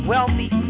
Wealthy